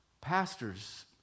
pastors